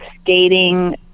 skating